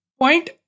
point